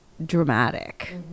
dramatic